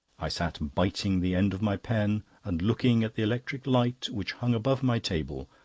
i sat biting the end of my pen and looking at the electric light, which hung above my table,